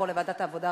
לוועדת העבודה,